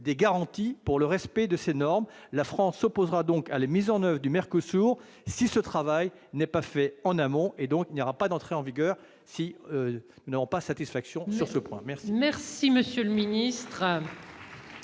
de garanties quant au respect de ces normes. La France s'opposera à la mise en oeuvre du Mercosur si ce travail n'est pas fait en amont. L'accord n'entrera donc pas en vigueur si nous n'avons pas satisfaction sur ce point. La